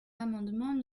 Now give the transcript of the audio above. l’amendement